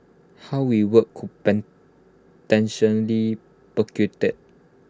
how we work could potentially